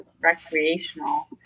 recreational